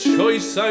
choice